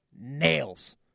nails